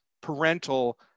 parental